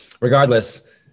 regardless